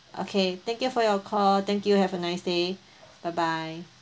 okay thank you for your call thank you have a nice day bye bye